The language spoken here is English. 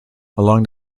along